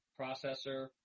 processor